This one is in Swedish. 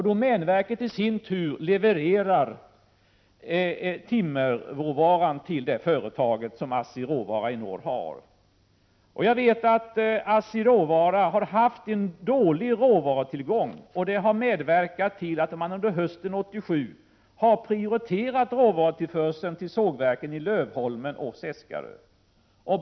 Domänverket levererar i sin tur timmerråvaran till detta företag, som ägs av ASSI Råvara i norr. Jag vet att ASSI Råvara har haft en dålig råvarutillgång. Detta har medverkat till att man under hösten 1987 har prioriterat råvarutillförseln till sågverken i Lövholmen och Seskarö.